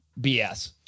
BS